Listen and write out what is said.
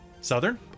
Southern